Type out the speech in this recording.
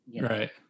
Right